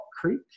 Creek